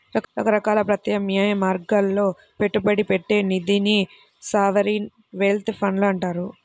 రకరకాల ప్రత్యామ్నాయ మార్గాల్లో పెట్టుబడి పెట్టే నిధినే సావరీన్ వెల్త్ ఫండ్లు అంటారు